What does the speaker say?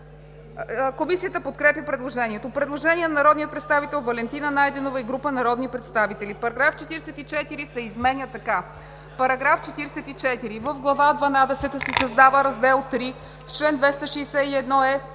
Комисията подкрепя предложението. Предложение на народния представител Валентина Найденова и група народни представители: „Параграф 44 се изменя така: „§ 44. В глава дванадесета се създава раздел III с чл. 261е